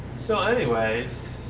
so anyways.